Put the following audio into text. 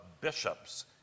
bishops